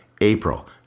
April